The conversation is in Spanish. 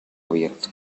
abierto